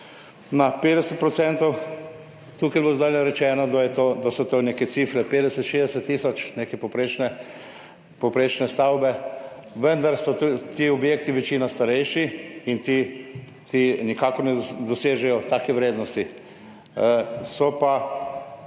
na 50 %. Tukaj je bilo zdaj rečeno, da je to, da so to neke cifre 50, 60 tisoč, neke povprečne stavbe, vendar so ti objekti večinoma starejši in ti nikakor ne dosežejo take vrednosti. Teh